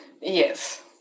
Yes